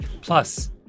Plus